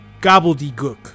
gobbledygook